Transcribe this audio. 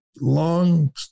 long